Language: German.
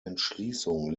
entschließung